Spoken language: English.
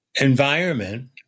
environment